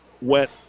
went